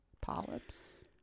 Polyps